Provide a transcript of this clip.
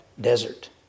desert